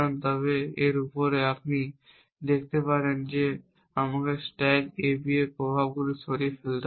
তবে এর উপরে আপনি দেখতে পারেন যে আমাকে স্ট্যাক AB এর প্রভাবগুলি সরিয়ে ফেলতে হবে